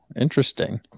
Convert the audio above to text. interesting